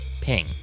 Ping